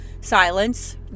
silence